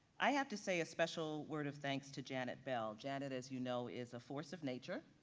i have to say a special word of thanks to janet bell. janet, as you know, is a force of nature.